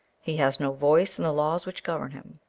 he has no voice in the laws which govern him.